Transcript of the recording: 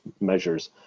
measures